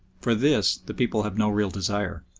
for this the people have no real desire.